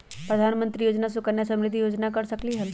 प्रधानमंत्री योजना सुकन्या समृद्धि योजना कर सकलीहल?